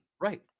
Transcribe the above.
Right